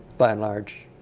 by and large,